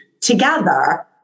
together